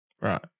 Right